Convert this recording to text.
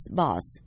boss